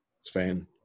Spain